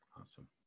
Awesome